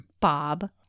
Bob